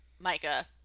Micah